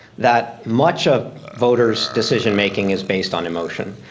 that much of voters' decision making is based on emotion.